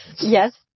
Yes